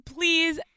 Please